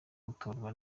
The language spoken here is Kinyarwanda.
gutorwa